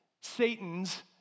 Satan's